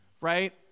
right